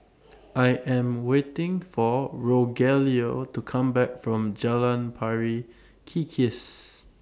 I Am waiting For Rogelio to Come Back from Jalan Pari Kikis